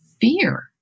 fear